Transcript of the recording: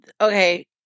okay